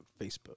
Facebook